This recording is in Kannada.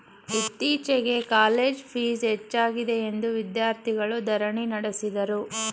ಇತ್ತೀಚೆಗೆ ಕಾಲೇಜ್ ಪ್ಲೀಸ್ ಹೆಚ್ಚಾಗಿದೆಯೆಂದು ವಿದ್ಯಾರ್ಥಿಗಳು ಧರಣಿ ನಡೆಸಿದರು